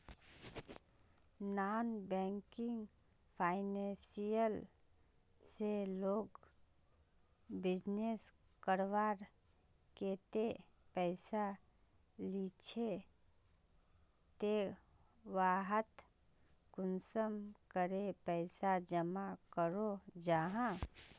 Non banking financial से लोग business करवार केते पैसा लिझे ते वहात कुंसम करे पैसा जमा करो जाहा?